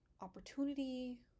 opportunity